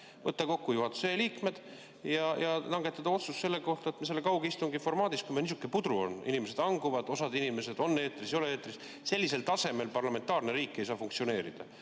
võtta kokku juhatuse liikmed ja langetada otsus selle kohta, et kaugistungi formaadis, kui niisugune pudru on, inimesed hanguvad, osad inimesed on eetris ja ei ole eetris, parlamentaarne riik ei saa funktsioneerida.